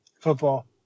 Football